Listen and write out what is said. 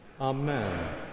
amen